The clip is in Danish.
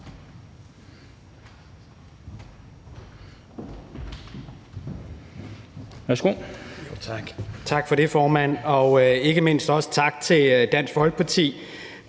Tak for det, formand, og ikke mindst også tak til Dansk Folkeparti